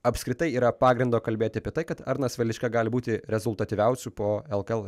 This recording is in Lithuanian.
apskritai yra pagrindo kalbėt apie tai kad arnas velička gali būti rezultatyviausiu po lkl